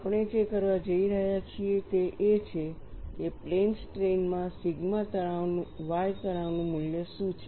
આપણે જે કરવા જઈ રહ્યા છીએ તે એ છે કે પ્લેન સ્ટ્રેઇન માં સિગ્મા y તણાવનું મૂલ્ય શું છે